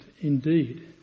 indeed